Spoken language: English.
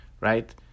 right